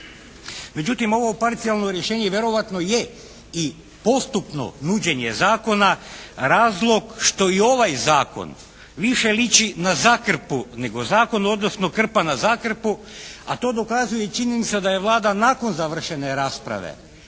Međutim ovo parcijalno rješenje vjerojatno je i postupno nuđenje zakona razlog što i ovaj zakon više liči na zakrpu nego zakon, odnosno krpa na zakrpu, a to dokazuje i činjenica da je Vlada nakon završene rasprave